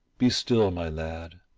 be still, my lad,